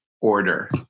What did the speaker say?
order